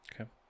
Okay